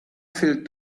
filled